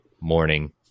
morning